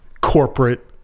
corporate